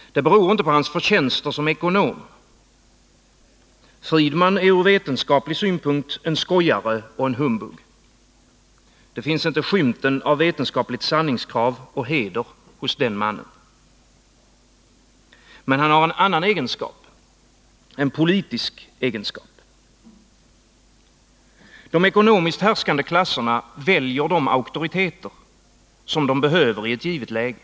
Det beror inte på hans förtjänster som ekonom. Friedman är från vetenskaplig synpunkt en skojare och en humbug. Det finns inte skymten av vetenskapligt sanningskrav och heder hos den mannen. Men han har en annan egenskap — en politisk egenskap. De ekonomiskt härskande klasserna väljer de auktoriteter som de behöver i ett givet läge.